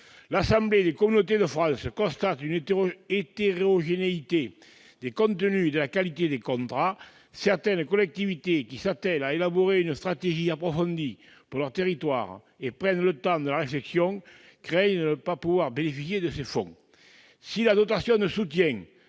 L'Assemblée des communautés de France constate une hétérogénéité des contenus et de la qualité des contrats. Certaines collectivités qui s'attellent à élaborer une stratégie approfondie pour leur territoire et prennent le temps de la réflexion craignent de ne pas pouvoir bénéficier de ces fonds. Si la dotation de soutien